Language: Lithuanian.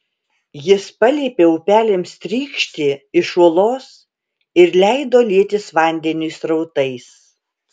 jis paliepė upeliams trykšti iš uolos ir leido lietis vandeniui srautais